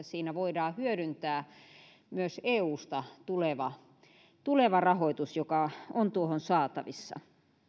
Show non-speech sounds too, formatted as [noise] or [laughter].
[unintelligible] siinä voidaan hyödyntää myös eusta tuleva tuleva rahoitus joka on tuohon saatavissa